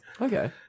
Okay